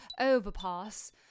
overpass